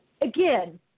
again